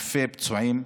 אלפי פצועים.